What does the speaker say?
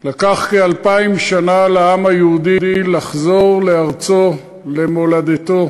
לקח כאלפיים שנה לעם היהודי לחזור לארצו, למולדתו,